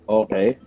okay